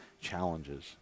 challenges